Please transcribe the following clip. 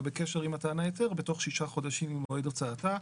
בקשר עם מתן ההיתר בתוך 6 חודשים ממועד הוצאתה".